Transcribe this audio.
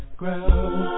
ground